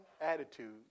attitude